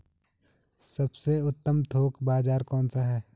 सबसे उत्तम थोक बाज़ार कौन सा है?